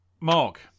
Mark